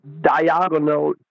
diagonal